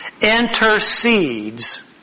intercedes